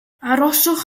arhosodd